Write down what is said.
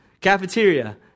Cafeteria